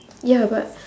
ya but